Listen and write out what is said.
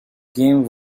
game